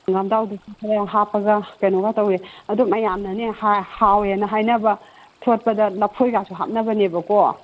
ꯍꯪꯒꯥꯝ ꯊꯥꯎꯗꯨꯁꯨ ꯈꯔ ꯍꯥꯞꯄꯒ ꯀꯩꯅꯣꯒ ꯇꯧꯋꯦ ꯑꯗꯨ ꯃꯌꯥꯝꯅꯅꯦ ꯍꯥꯎꯋꯦꯅ ꯍꯥꯏꯅꯕ ꯊꯣꯠꯄꯗ ꯂꯐꯣꯏ ꯀꯥꯁꯨ ꯍꯥꯞꯅꯕꯅꯦꯕꯀꯣ